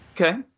Okay